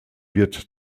wird